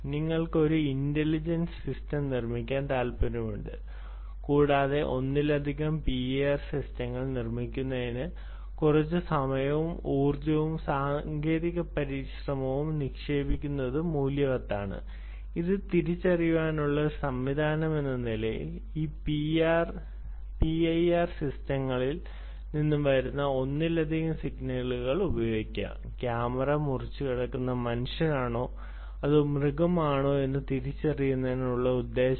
നിങ്ങൾക്ക് ഒരു intelligent system നിർമ്മിക്കാൻ താൽപ്പര്യമുണ്ട് കൂടാതെ ഒന്നിലധികം പിഐആർ സിസ്റ്റങ്ങൾ നിർമ്മിക്കുന്നതിന് കുറച്ച് സമയവും ഊർജ്ജവും സാങ്കേതിക പരിശ്രമവും നിക്ഷേപിക്കുന്നത് മൂല്യവത്താണ് അത് വേർതിരിച്ചറിയാനുള്ള ഒരു സംവിധാനമെന്ന നിലയിൽ ഈ പിആർ സിസ്റ്റങ്ങളിൽ നിന്നും വരുന്ന ഒന്നിലധികം സിഗ്നലുകൾ ഉപയോഗിക്കുക ക്യാമറ മുറിച്ചുകടക്കുന്ന മനുഷ്യനാണോ അതോ മൃഗമാണോ എന്ന് തിരിച്ചറിയുന്നതിനുള്ള മാർഗ്ഗങ്ങൾ